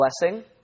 blessing